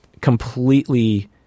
completely